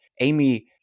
Amy